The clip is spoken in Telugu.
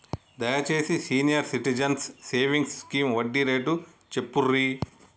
దయచేసి సీనియర్ సిటిజన్స్ సేవింగ్స్ స్కీమ్ వడ్డీ రేటు చెప్పుర్రి